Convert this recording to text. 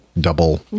double